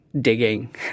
digging